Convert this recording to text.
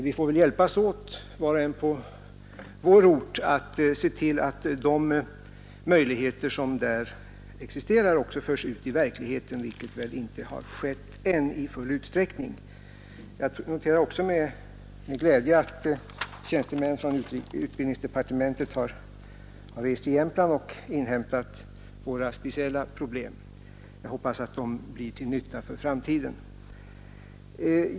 Vi får väl var och en på sin ort hjälpas åt att se till att de möjligheter som där existerar också förs ut i verkligheten, vilket väl än inte har skett i full utsträckning. Jag noterar också med glädje att tjänstemän från utbildningsdepartementet rest till Jämtland för att studera våra speciella problem. Jag hoppas att dessa studier blir till nytta för framtiden.